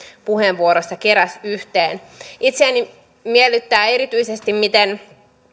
puheenvuorossa keräsi yhteen itseäni miellyttää erityisesti miten